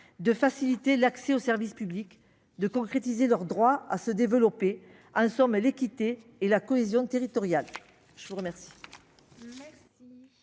de faciliter l'accès aux services publics, de concrétiser leur droit à se développer- en somme, l'équité et la cohésion territoriale ! La parole